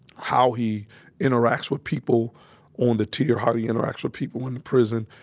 how he interacts with people on the tier, how he interacts with people in the prison.